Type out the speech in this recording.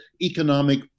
economic